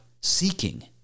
seeking